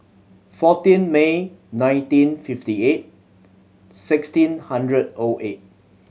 fourteen May nineteen fifty eight sixteen hundred O eight